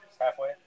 halfway